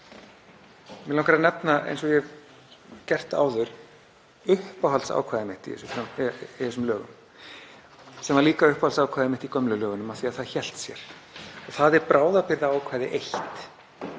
Mig langar að nefna, eins og ég hef gert áður, uppáhaldsákvæðið mitt í þessum lögum, sem var líka uppáhaldsákvæðið mitt í gömlu lögunum, af því að það hélt sér. Það er bráðabirgðaákvæði I